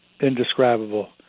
Indescribable